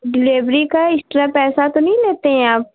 delivery का extra पैसा तो नही लेते हैं आप